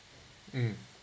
mm